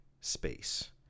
space